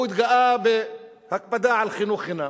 הוא התגאה על הקפדה על חינוך חינם.